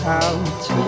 out